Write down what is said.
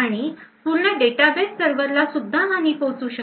आणि पूर्ण database server ला सुद्धा हानी पोहोचू शकते